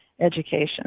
education